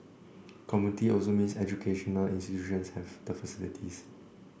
community also means educational institutions have the facilities